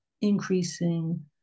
increasing